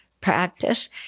practice